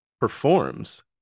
performs